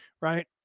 Right